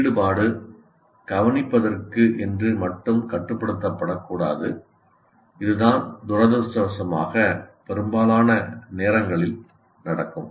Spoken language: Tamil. ஈடுபாடு கவனிப்பதற்கு என்று மட்டும் கட்டுப்படுத்தப்படக்கூடாது இதுதான் துரதிர்ஷ்டவசமாக பெரும்பாலான நேரங்களில் நடக்கும்